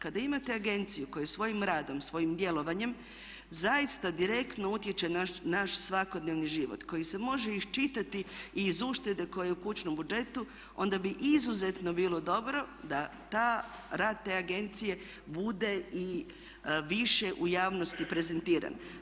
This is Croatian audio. Kada imate agenciju koja svojim radom, svojim djelovanjem zaista direktno utječe na naš svakodnevni život koji se može iščitati i iz uštede koja je u kućnom budžetu onda bi izuzetno bilo dobro da rad te agencije bude i više u javnosti prezentiran.